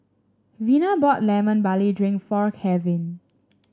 Vina bought Lemon Barley Drink for Kevin